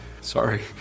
Sorry